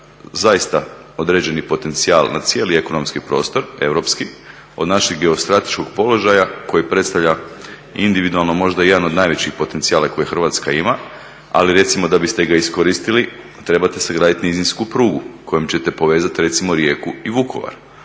zaista određeni potencijal na cijeli ekonomski prostor, europski, od našeg geostrateškog položaja koji predstavlja individualno možda i jedan od najvećih potencijala koje Hrvatska ima ali recimo da biste ga iskoristili trebate sagraditi nizinsku prugu kojom ćete povezati recimo Rijeku i Vukovar.